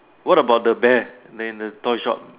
what about the bear in the in the toy shop